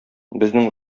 безнең